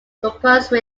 compose